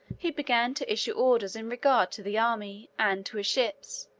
he began to issue orders in regard to the army, and to his ships,